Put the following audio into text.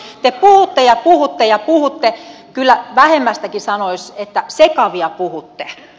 te puhutte ja puhutte ja puhutte kyllä vähemmästäkin sanoisi että sekavia puhutte